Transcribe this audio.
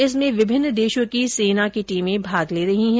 इसमें विभिन्न देशों की सेना टीमें भाग ले रही हैं